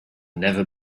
never